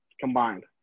combined